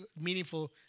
meaningful